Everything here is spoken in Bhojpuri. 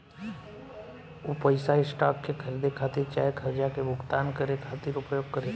उ पइसा स्टॉक के खरीदे खातिर चाहे खर्चा के भुगतान करे खातिर उपयोग करेला